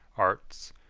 arts,